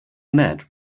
ned